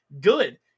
Good